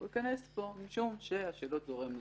הוא ייכנס פה אם השילוט גורם לריח.